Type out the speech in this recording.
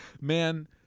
Man